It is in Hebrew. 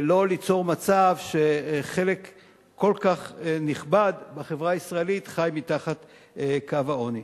ולא ליצור מצב שחלק כל כך נכבד בחברה הישראלית חי מתחת קו העוני.